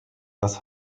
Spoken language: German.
was